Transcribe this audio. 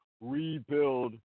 rebuild